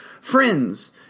friends